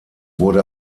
wurde